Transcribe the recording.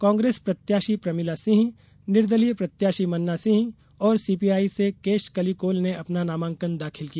कांग्रेस प्रत्याशी प्रमिला सिंह निर्दलीय प्रत्याषी मन्ना सिंह और सीपीआई से केशकली कोल ने अपना नामांकन दाखिल किया